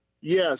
Yes